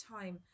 time